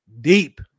deep